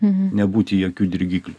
nebūti jokių dirgiklių